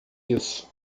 isso